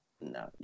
No